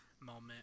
moment